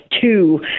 two